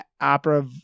opera